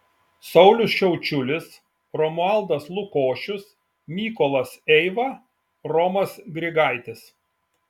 saulius šiaučiulis romualdas lukošius mykolas eiva romas grigaitis